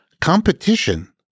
Competition